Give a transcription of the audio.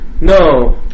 No